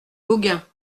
gauguin